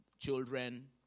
children